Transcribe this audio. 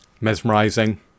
mesmerizing